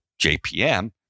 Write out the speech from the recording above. JPM